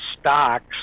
stocks